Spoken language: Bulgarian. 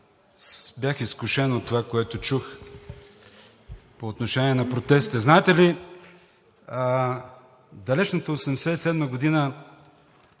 бях изкушен от това, което чух, по отношение на протестите. Знаете ли, в далечната 1987 г.